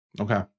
Okay